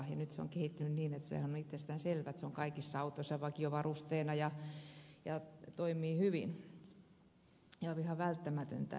ja nyt se on kehittynyt niin että on itsestään selvää että se on kaikissa autoissa vakiovarusteena ja toimii hyvin ja on ihan välttämätön